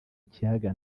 ikiyaga